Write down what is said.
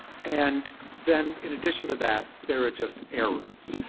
and then, in addition to that, there are just errors.